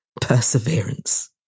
perseverance